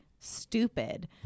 stupid